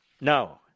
No